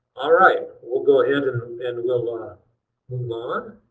alright. we'll go ahead and and we'll and we'll ah